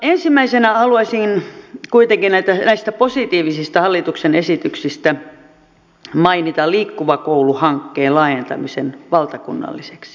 ensimmäisenä haluaisin kuitenkin näistä positiivisista hallituksen esityksistä mainita liikkuva koulu hankkeen laajentamisen valtakunnalliseksi